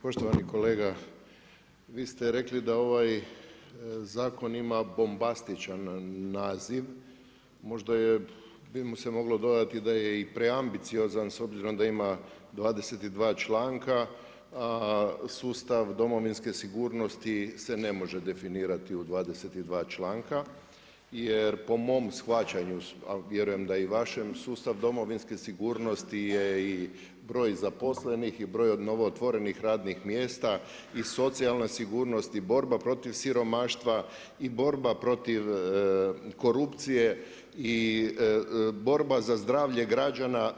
Poštovani kolega, vi ste rekli da ovaj zakon ima bombastičan naziv, možda bi mu se moglo dodati da je i preambiciozan s obzirom da ima 22 članka a sustav Domovinske sigurnosti se ne može definirati u 22 članka jer po mom shvaćanju a vjerujem da i vašem, sustav Domovinske sigurnosti je i broj zaposlenih i broj novootvorenih radnih mjesta i socijalne sigurnosti, borba protiv siromaštva i borba protiv korupcije i borba za zdravlje građana.